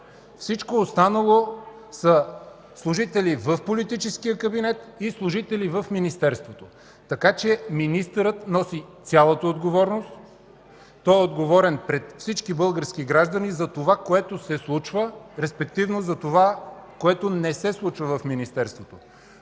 всички останали са служители в политическия кабинет и служители в Министерството. Така че министърът носи цялата отговорност, той е отговорен пред всички български граждани за това, което се случва, респективно за това, което не се случва в Министерството.